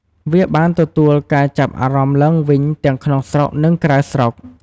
វាបានទទួលការចាប់អារម្មណ៍ឡើងវិញ ទាំងក្នុងស្រុក និងក្រៅស្រុក។